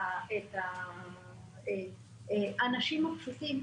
האנשים הפשוטים?